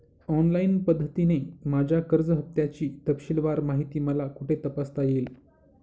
Online पद्धतीने माझ्या कर्ज हफ्त्याची तपशीलवार माहिती मला कुठे तपासता येईल?